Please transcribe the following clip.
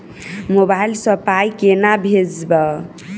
Mobile सँ पाई केना भेजब?